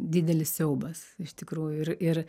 didelis siaubas iš tikrųjų ir ir